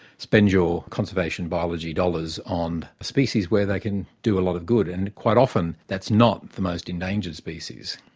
spend your conservation biology dollars on species where they can do a lot of good. and quite often that's not the most endangered species.